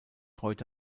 heute